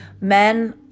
Men